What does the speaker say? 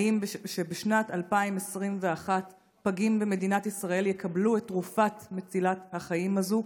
האם בשנת 2021 פגים במדינת ישראל יקבלו את התרופה מצילת החיים הזאת?